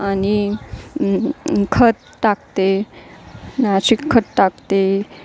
आणि खत टाकते नाशी खत टाकते